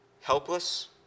helpless